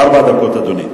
ארבע דקות, אדוני.